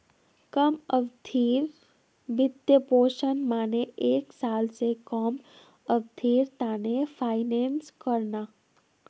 कम अवधिर वित्तपोषण माने एक साल स कम अवधिर त न फाइनेंस करना